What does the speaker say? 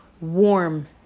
warm